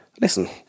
listen